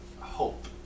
hope